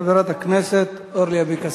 חברת הכנסת אורלי אבקסיס.